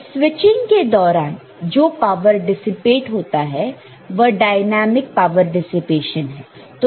तो स्विचिंग के दौरान जो पावर डिसिपेट होता है वह डायनेमिक पावर डिसिपेशन है